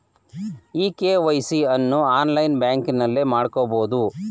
E KYC ಅನ್ನು online ಬ್ಯಾಂಕಿಂಗ್ನಲ್ಲೇ ಮಾಡ್ಕೋಬೋದು